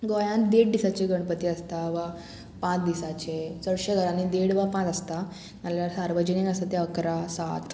गोंयांत देड दिसांची गणपती आसता वा पांच दिसाचे चडशे घरांनी देड वा पांच आसता नाल्यार सार्वजनीक आसता ते अकरा सात